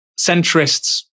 centrists